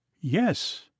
yes